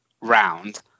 round